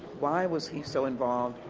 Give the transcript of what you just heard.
why was he so involved?